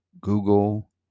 google